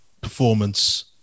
performance